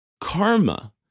karma